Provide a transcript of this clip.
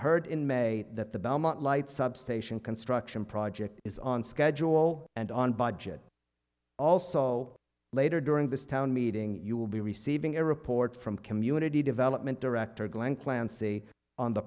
heard in may that the belmont light substation construction project is on schedule and on budget also later during this town meeting you will be receiving a report from community development director glen clancy on the